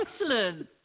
excellent